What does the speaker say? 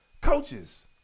Coaches